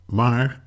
maar